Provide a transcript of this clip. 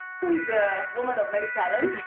who is a woman of many talents.